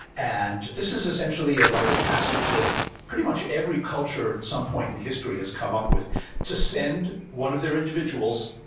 and this is essentially a rite of passage that pretty much every culture at some point in history has come up with to send one of their individuals